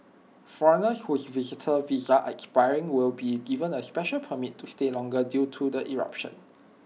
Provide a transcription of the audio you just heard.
foreigners whose visitor visa are expiring will be given A special permit to stay longer due to the eruption